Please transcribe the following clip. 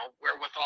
wherewithal